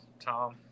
Tom